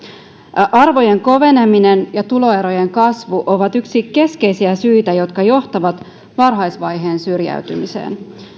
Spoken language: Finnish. arvojen koveneminen ja tuloerojen kasvu ovat yksi keskeisiä syitä jotka johtavat varhaisvaiheen syrjäytymiseen